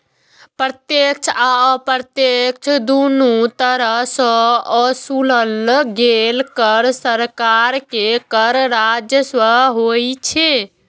प्रत्यक्ष आ अप्रत्यक्ष, दुनू तरह सं ओसूलल गेल कर सरकार के कर राजस्व होइ छै